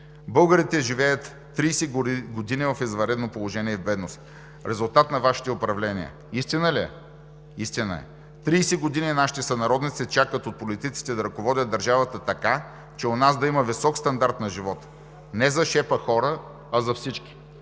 Българите живеят 30 години в извънредно положение и в бедност в резултат на Вашите управления. Истина ли е? Истина е. 30 години нашите сънародници очакват от политиците да ръководят държавата така, че у нас да има висок стандарт на живот не за шепа хора, а за всички.